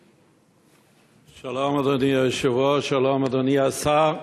שלום, אדוני היושב-ראש, שלום, אדוני השר,